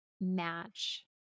match